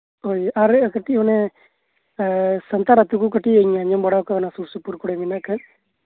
ᱟᱫᱚ ᱚᱱᱮ ᱟᱨ ᱥᱟᱱᱛᱟᱲ ᱟᱹᱛᱩ ᱠᱚ ᱠᱟᱹᱴᱤᱡ ᱚᱱᱮ ᱦᱮᱸ ᱥᱟᱱᱛᱟᱲ ᱟᱹᱛᱩ ᱠᱚ ᱠᱟᱹᱴᱤᱡ ᱢᱟᱲᱟᱝ ᱥᱩᱨ ᱥᱩᱯᱩᱨ ᱠᱚᱨᱮᱜ ᱢᱮᱱᱟᱜ ᱠᱷᱟᱡ